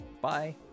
bye